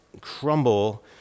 crumble